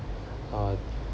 uh